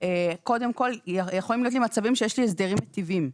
קודם כל יכולים להיות לי מצבים שיש לי הסדרים מיטיבים.